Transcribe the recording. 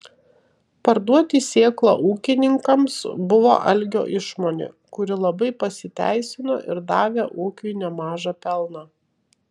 parduoti sėklą ūkininkams buvo algio išmonė kuri labai pasiteisino ir davė ūkiui nemažą pelną